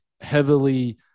heavily